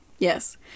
Yes